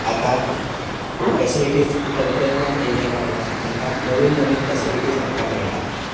आतां फॅसिलिटीज तंत्रज्ञान येल्या कारणान आमकां नवीन नवीन फॅसिलिटीज आमकां मेळटा